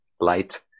light